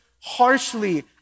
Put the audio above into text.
harshly